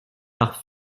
par